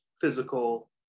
physical